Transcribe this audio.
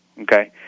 Okay